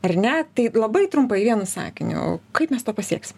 ar ne tai labai trumpai vienu sakiniu kaip mes to pasieksim